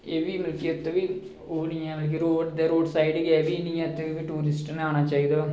इत्त बी ओह् निं ऐ रोड़ साईड निं ऐ इत्त बी टुरिस्ट नै आना चाहिदा